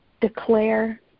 declare